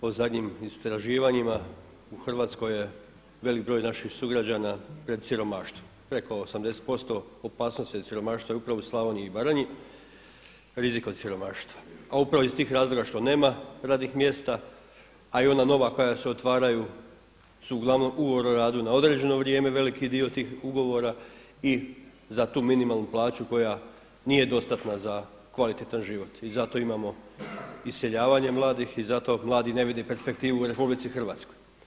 Po zadnjim istraživanjima u Hrvatskoj je velik broj naših sugrađana pred siromaštvom, preko 80% opasnost od siromaštva je upravo u Slavoniji i Baranji, rizik od siromaštva a upravo iz tih razloga što nema radnih mjesta a i ona nova koja se otvaraju su uglavnom ugovor o radu na određeno vrijeme veliki dio tih ugovora i za tu minimalnu plaću koja nije dostatna za kvalitetan život i zato imamo iseljavanje mladih i zato mladi ne vide perspektivu u Republici Hrvatskoj.